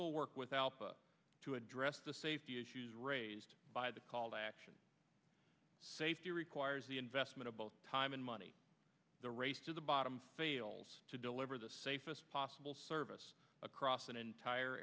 will work with alpha to address the safety issues raised by the call to action safety requires the investment of both time and money the race to the bottom fails to deliver the safest possible service across an entire